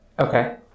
okay